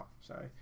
sorry